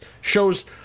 shows